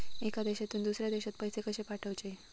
एका देशातून दुसऱ्या देशात पैसे कशे पाठवचे?